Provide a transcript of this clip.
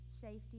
safety